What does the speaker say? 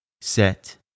set